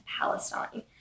Palestine